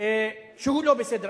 שהוא לא בסדר.